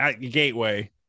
Gateway